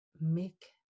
make